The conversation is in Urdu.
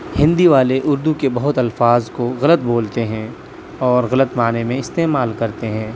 ہندی والے اردو کے بہت الفاظ کو غلط بولتے ہیں اور غلط معنی میں استعمال کرتے ہیں